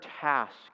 task